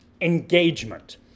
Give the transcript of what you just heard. engagement